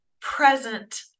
present